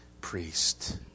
priest